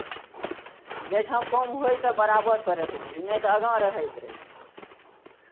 जाहि ठाम कम होय तऽ बराबर पर रहैत रही नहि तऽ आगाँ रहैत रही